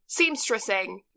seamstressing